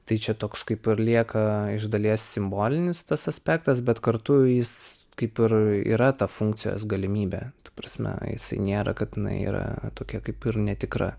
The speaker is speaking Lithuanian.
tai čia toks kaip ir lieka iš dalies simbolinis tas aspektas bet kartu jis kaip ir yra ta funkcijos galimybė ta prasme jisai nėra kad jinai yra tokia kaip ir netikra